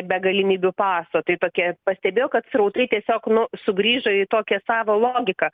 be galimybių paso tai tokie pastebėjo kad srautai tiesiog nu sugrįžo į tokią savo logiką